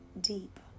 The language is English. deep